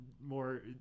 more